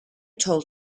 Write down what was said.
told